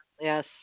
Yes